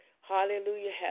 hallelujah